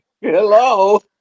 Hello